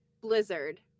Blizzard